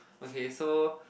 okay so